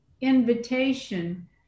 invitation